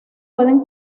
pueden